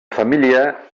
família